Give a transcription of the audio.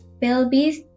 pelvis